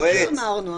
אמרנו.